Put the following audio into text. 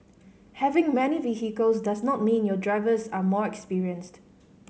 having many vehicles does not mean your drivers are more experienced